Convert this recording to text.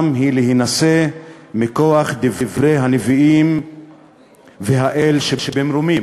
היא להינשא מכוח דברי הנביאים והאל שבמרומים?